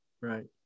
right